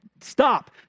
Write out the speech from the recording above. stop